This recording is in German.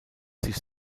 sich